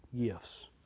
gifts